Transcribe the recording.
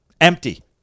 Empty